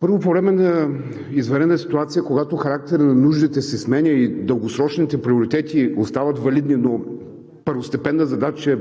Първо, по време на извънредна ситуация, когато характерът на нуждите се сменя и дългосрочните приоритети остават валидни, но първостепенна задача е